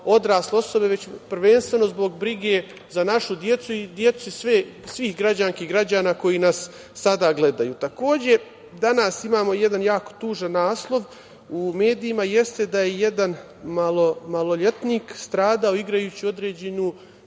odrasle osobe, već prvenstveno zbog brige za našu decu i decu svih građanki i građana koji nas sada gledaju. Takođe, danas imamo jedan jako tužan naslov u medijima jeste da je jedan maloletnik stradao igrajući određenu